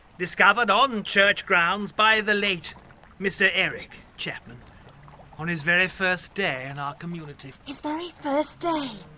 discovered on church grounds by the late mr eric chapman on his very first day in our community. his very first day,